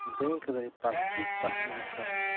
bank ᱨᱮ passbook ᱛᱟᱦᱮᱱ ᱫᱚᱨᱠᱟᱨᱚᱜ ᱠᱟᱱᱟ